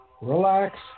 relax